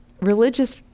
religious